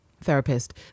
therapist